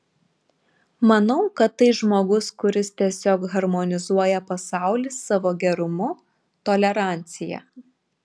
manau kad tai žmogus kuris tiesiog harmonizuoja pasaulį savo gerumu tolerancija